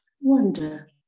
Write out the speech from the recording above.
Wonder